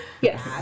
Yes